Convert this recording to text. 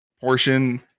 portion